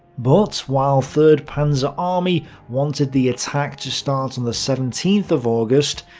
but, while third panzer army wanted the attack to start on the seventeenth of august,